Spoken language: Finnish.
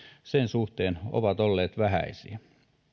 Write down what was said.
sen suhteen ovat olleet vähäisiä